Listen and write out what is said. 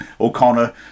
O'Connor